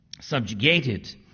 subjugated